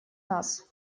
нас